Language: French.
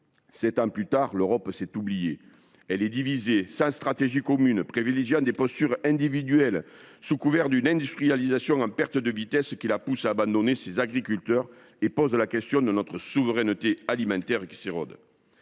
Sept ans plus tard, l’Europe s’est oubliée. Elle est divisée, sans stratégie commune, privilégiant des postures individuelles sous couvert d’une industrialisation en perte de vitesse, qui la pousse à abandonner ses agriculteurs et pose la question de notre souveraineté alimentaire qui s’érode.